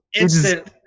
instant